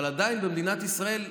אבל עדיין במדינת ישראל,